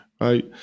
Right